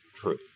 true